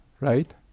right